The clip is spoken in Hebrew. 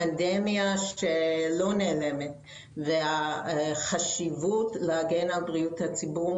פנדמיה שלא נעלמת והחשיבות להגן על בריאות הציבור,